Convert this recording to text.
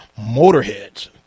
motorheads